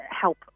help